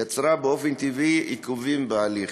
יצרה באופן טבעי עיכובים בהליך.